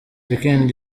weekend